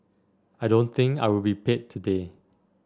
I don't think I will be paid today